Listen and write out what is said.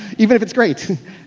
even if it's great.